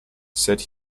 said